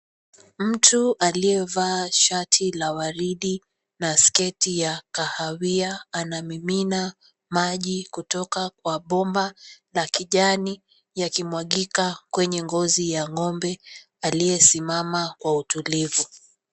Mtu aliyevaa shati la waridi na sketi ya kahawia anamimina maji kutoka kwa bomba la kijani yakimwagika kwenye ngozi ya ng'ombe aliyesimama kwa utulivu.